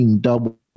Double